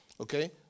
Okay